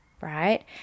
Right